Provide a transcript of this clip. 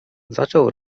zaczął